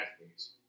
athletes